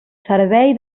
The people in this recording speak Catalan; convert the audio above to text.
servei